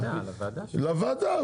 לוועדה.